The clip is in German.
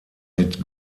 mit